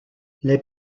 les